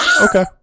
Okay